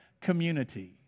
community